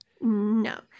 No